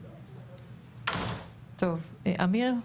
אמיר,